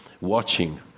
watching